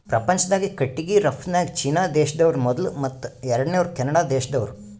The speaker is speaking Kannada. ಪ್ರಪಂಚ್ದಾಗೆ ಕಟ್ಟಿಗಿ ರಫ್ತುನ್ಯಾಗ್ ಚೀನಾ ದೇಶ್ದವ್ರು ಮೊದುಲ್ ಮತ್ತ್ ಎರಡನೇವ್ರು ಕೆನಡಾ ದೇಶ್ದವ್ರು